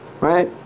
Right